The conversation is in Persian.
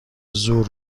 زور